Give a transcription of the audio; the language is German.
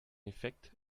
effekt